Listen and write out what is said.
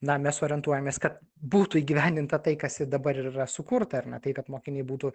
na mes orientuojamės kad būtų įgyvendinta tai kas ir dabar ir yra sukurta ar ne tai kad mokiniai būtų